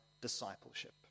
discipleship